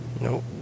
Nope